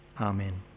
Amen